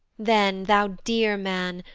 then thou dear man,